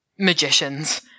Magicians